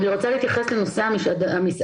אני רוצה להתייחס לנושא המסעדנים,